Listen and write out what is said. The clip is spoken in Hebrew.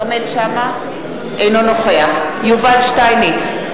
אינו נוכח יובל שטייניץ,